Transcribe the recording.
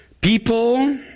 People